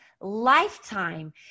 lifetime